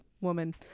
woman